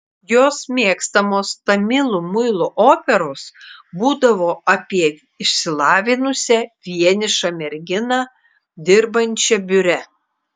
jos mėgstamos tamilų muilo operos būdavo apie išsilavinusią vienišą merginą dirbančią biure